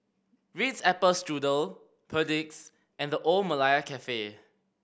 Ritz Apple Strudel Perdix and The Old Malaya Cafe